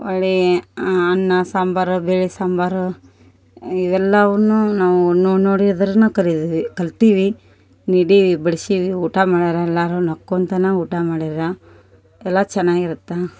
ಒಳ್ಳೆಯ ಅನ್ನ ಸಾಂಬಾರು ಬೇಳಿ ಸಾಂಬಾರು ಇವೆಲ್ಲವನ್ನು ನಾವು ನೋಡಿ ನೋಡಿದರನ ಕಲಿತೀವಿ ಕಲಿತೀವಿ ನೀಡೀವಿ ಬಡ್ಸೀವಿ ಊಟ ಮಾಡ್ಯಾರ ಎಲ್ಲಾರು ನಕ್ಕೊಂತಾನ ಊಟ ಮಾಡಿರ ಎಲ್ಲಾ ಚೆನಾಗ್ ಇರತ್ತಾ